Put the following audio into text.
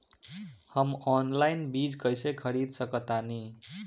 हम ऑनलाइन बीज कईसे खरीद सकतानी?